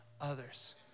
others